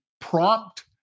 prompt